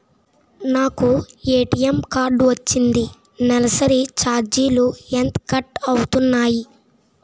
నాకు ATM card వచ్చింది నెలసరి ఛార్జీలు ఎంత కట్ అవ్తున్నాయి?